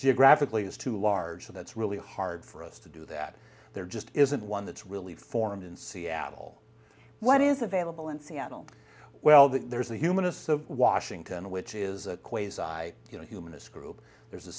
geographically is too large so that's really hard for us to do that there just isn't one that's really formed in seattle what is available in seattle well there's a humanist so washington which is a quayside you know humanist group there's a